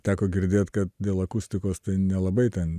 teko girdėt kad dėl akustikos tai nelabai ten